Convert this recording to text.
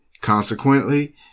Consequently